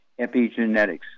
Epigenetics